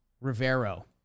Rivero